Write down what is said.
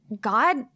God